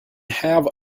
have